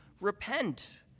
repent